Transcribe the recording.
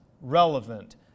relevant